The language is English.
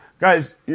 guys